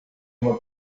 uma